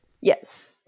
yes